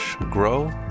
grow